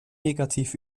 negativ